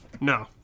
No